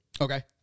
Okay